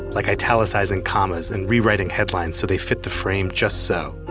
like italicizing commas and rewriting headlines so they fit the frame just so.